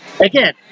again